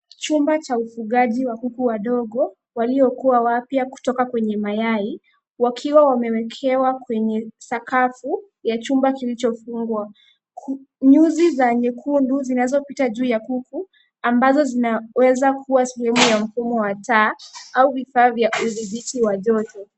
Chumba cha ufugaji wa kuku wadogo waliokuwa wapya kutoka kwenye mayai wakiwa wamewekewa kwenye sakafu ya chumba kilichofungwa. Nyuzi za nyekundu zinazopita juu ya kuku ambazo zinaweza kuwa sehemu ya mfumo wa taa au vifaa vya udhibiti wa joto.